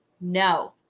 no